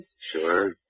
Sure